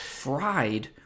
fried